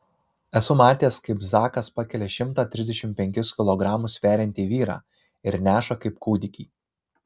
esu matęs kaip zakas pakelia šimtą trisdešimt penkis kilogramus sveriantį vyrą ir neša kaip kūdikį